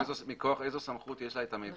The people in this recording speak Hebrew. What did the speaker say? מכוח איזה סמכות יש לה את המידע הזה?